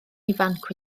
ifanc